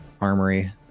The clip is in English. armory